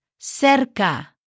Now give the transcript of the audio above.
cerca